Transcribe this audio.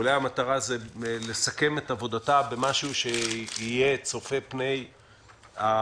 מבחינתנו אולי המטרה היא לסכם את עבודתה במשהו שיהיה צופה פני הצעדים